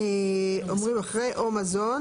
אחרי "או מזון"